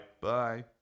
bye